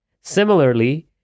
Similarly